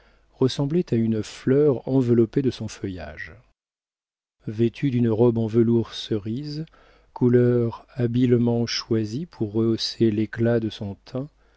ressemblait à une fleur enveloppée de son feuillage vêtue d'une robe en velours cerise couleur habilement choisie pour rehausser l'éclat de son teint